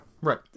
Right